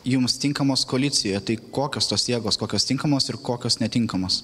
jums tinkamos koalicijoje tai kokios tos jėgos kokios tinkamos ir kokios netinkamos